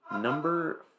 Number